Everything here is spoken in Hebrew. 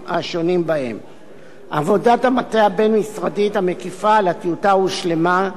עבודת המטה הבין-משרדית המקיפה על הטיוטה הושלמה כמעט לחלוטין,